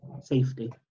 safety